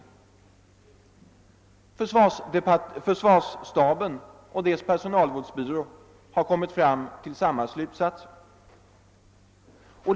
Försvarsstaben och dess personalvårdsbyrå har alltså instämt häri.